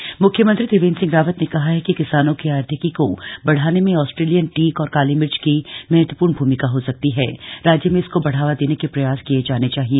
काली मिर्च मुख्यमंत्री त्रिवेन्द्र सिंह रावत ने कहा है कि किसानों की आर्थिकी को बढ़ाने में आस्ट्रेलियन टीक और काली मिर्च की महत्वपूर्ण भूमिका हो सकती हथ राज्य में इसको बढ़ावा देने के प्रयास किये जाने चाहिए